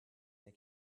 they